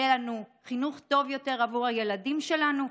יהיה לנו חינוך טוב יותר עבור הילדים שלנו,